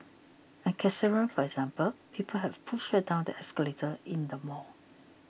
and Cassandra for example people have pushed her down the escalator in the mall